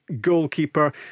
goalkeeper